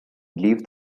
leave